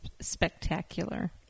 spectacular